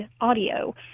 audio